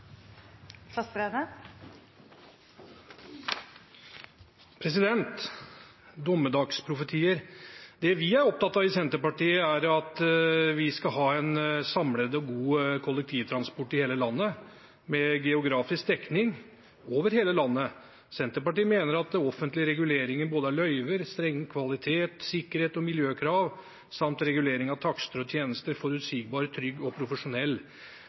i Senterpartiet, er at vi skal ha en samlet og god kollektivtransport i hele landet, med geografisk dekning over hele landet. Senterpartiet vil ha en taxinæring med offentlig regulering av løyver, strenge krav til kvalitet, sikkerhet og miljø samt regulering av takster og tjenester, en næring som er forutsigbar, trygg og profesjonell